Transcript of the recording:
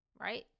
Right